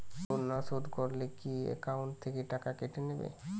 Loan না শোধ করলে কি একাউন্ট থেকে টাকা কেটে নেবে?